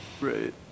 Right